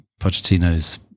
Pochettino's